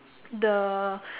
the